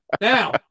Now